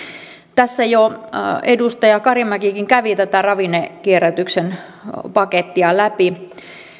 tässä jo edustaja karimäkikin kävi tätä ravinnekierrätyksen pakettia läpi